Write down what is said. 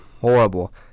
horrible